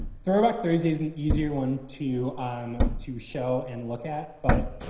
throwback thursday is an easier one to um to show and look at. but,